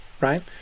right